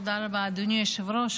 תודה רבה, אדוני היושב-ראש.